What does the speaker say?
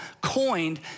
coined